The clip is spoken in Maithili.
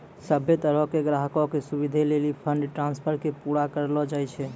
सभ्भे तरहो के ग्राहको के सुविधे लेली फंड ट्रांस्फर के पूरा करलो जाय छै